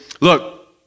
look